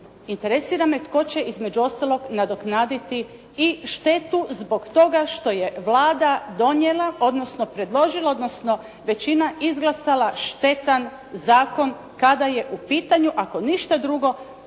Interesira me tko će između ostaloga nadoknaditi i štetu zbog toga što je Vlada donijela, odnosno predložila, odnosno, većina izglasala štetan zakona kada je u pitanju, ako ništa drugo